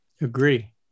Agree